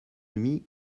demi